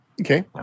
Okay